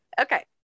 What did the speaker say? Okay